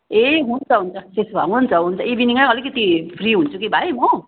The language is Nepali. ए हुन्छ हुन्छ त्यसो भए हुन्छ हुन्छ इभिनिङै अलिकति फ्री हुन्छु कि भाइ म